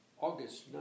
August